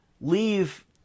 leave